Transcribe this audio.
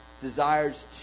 desires